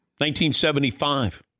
1975